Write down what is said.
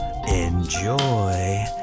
Enjoy